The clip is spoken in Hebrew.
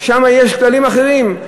שם יש כללים אחרים.